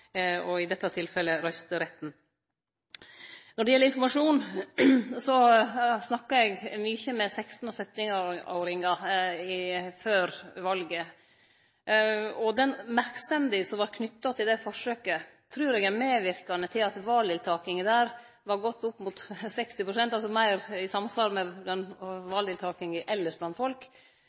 og i dette tilfellet røysteretten. Når det gjeld informasjon, snakka eg mykje med 16- og 17-åringar før valet, og den merksemda som vart knytt til det forsøket, trur eg er medverkande til at valdeltakinga der var godt opp mot 60 pst., altså meir i samsvar med valdeltakinga elles blant folk,